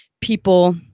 people